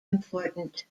important